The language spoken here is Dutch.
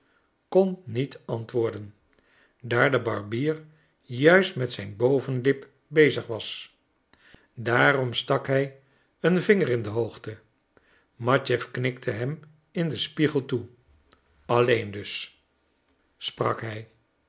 kon niet antwoorden daar de barbier juist met zijn bovenlip bezig was daarom stak hij een vinger in de hoogte matjeff knikte hem in den spiegel toe alleen dus sprak